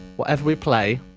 whatever we play